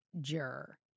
juror